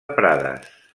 prades